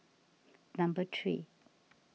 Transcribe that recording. number three